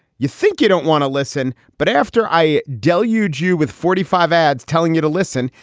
you think you don't want to listen but after i deluge you with forty five ads telling you to listen.